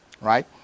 right